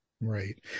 Right